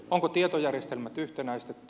onko tietojärjestelmät yhtenäistetty